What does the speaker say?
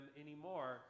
anymore